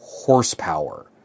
horsepower